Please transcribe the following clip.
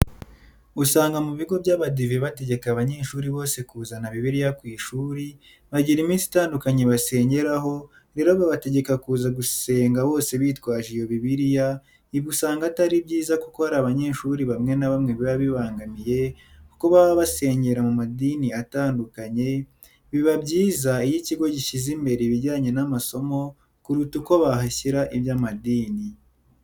Usanga mu bigo by'Abadive bategeka abanyeshuri bose kuzana bibiliya ku ishuri, bagira iminsi itandukanye basengeraho rero babategeka kuza gusenga bose bitwaje iyo bibiliya, ibi usanga atari byiza kuko hari abanyeshuri bamwe na bamwe biba byabangamiye kuko baba basengera mu madini atandukanye, biba byiza iyo ikigo gishyize imbere ibijyanye n'amasomo kuruta uko bahashyira iby'amadini.